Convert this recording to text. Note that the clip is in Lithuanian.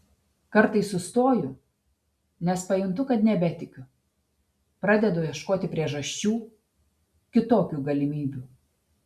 kartais sustoju nes pajuntu kad nebetikiu pradedu ieškoti priežasčių kitokių galimybių